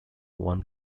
one